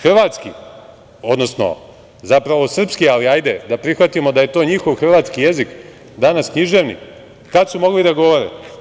Hrvatski, zapravo srpski, ali hajde da prihvatimo da je to njihov hrvatski jezik danas književni, kada su mogli da govore?